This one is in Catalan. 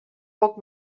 poc